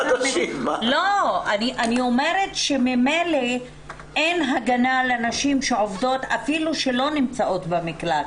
אני אומרת שממילא אין הגנה לנשים שעובדות אפילו שלא נמצאות במקלט.